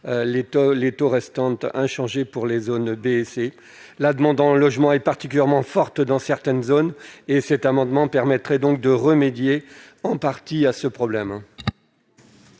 les taux restant inchangés pour les zones B et C. La demande en logements est particulièrement forte dans certaines zones. L'adoption de cet amendement permettrait donc de remédier en partie à ce problème.